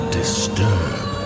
disturb